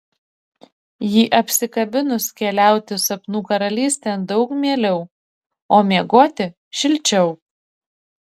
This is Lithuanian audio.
jį apsikabinus keliauti sapnų karalystėn daug mieliau o miegoti šilčiau